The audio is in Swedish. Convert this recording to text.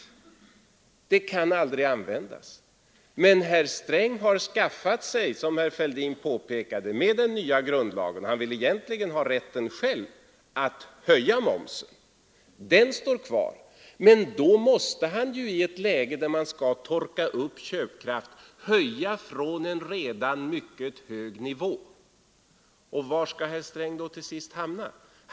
Den utvägen kan aldrig användas.” Men herr Sträng har, som herr Fälldin påpekade, med den nya grundlagen skaffat sig rätten — och han vill egentligen ha den rätten själv — att höja momsen. Den står kvär, men då måste han ju i ett läge, där man skall torka upp köpkraft, höja från en redan mycket hög nivå. Var skall herr Sträng då till sist hamna?